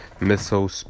missile